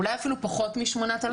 אולי אפילו פחות מ-8,000.